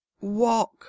walk